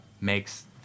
makes